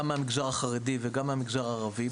גם מהמגזר החרדי וגם מהמגזר הערבי,